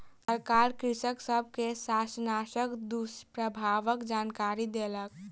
सरकार कृषक सब के शाकनाशक दुष्प्रभावक जानकरी देलक